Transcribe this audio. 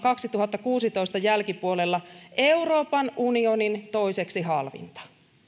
vuoden kaksituhattakuusitoista jälkipuolella euroopan unionin toiseksi halvinta